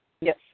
Yes